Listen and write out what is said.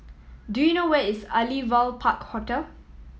do you know where is Aliwal Park Hotel